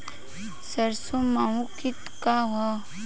सरसो माहु किट का ह?